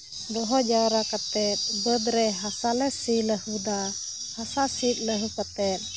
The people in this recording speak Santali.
ᱫᱚᱦᱚ ᱡᱟᱣᱨᱟ ᱠᱟᱛᱮ ᱵᱟᱹᱫᱽ ᱨᱮ ᱦᱟᱥᱟ ᱞᱮ ᱥᱤ ᱞᱟᱹᱦᱩᱫᱟ ᱦᱟᱥᱟ ᱥᱤ ᱞᱟᱹᱦᱩᱫᱽ ᱠᱟᱛᱮ